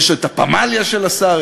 יש הפמליה של שר,